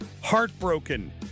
heartbroken